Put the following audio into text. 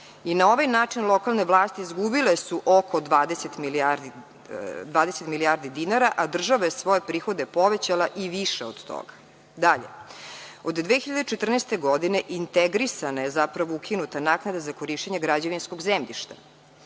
I, na ovaj način lokalne vlasti izgubile su oko 20 milijardi dinara, a država je svoje prihode povećala i više od toga. Dalje, od 2014. godine integrisana je, zapravo ukinuta naknada za korišćenje građevinskog zemljišta.